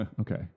Okay